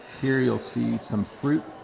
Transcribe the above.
here you'll see some fruit,